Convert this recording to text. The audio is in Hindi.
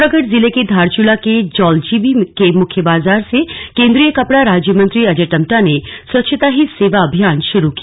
पिथौरागढ़ जिले के धारचूला के जौलजीबी के मुख्य बाजार से केंद्रीय कपड़ा राज्य मंत्री अजट टम्टा ने स्वच्छता ही सेवा अभियान श्रू किया